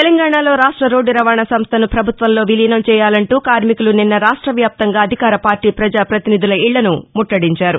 తెలంగాణలో రాక్ష రోడ్లు రవాణా సంస్లను పభుత్వంలో విలీనం చేయాలంటూ కార్నికులు నిన్న రాష్టవ్యాప్తంగా అధికార పార్టీ పజా పతినిధుల ఇళ్లను ముట్టడించారు